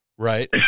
Right